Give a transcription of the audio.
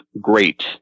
great